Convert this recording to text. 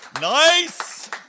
Nice